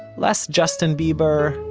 less justin bieber,